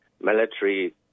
military